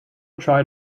try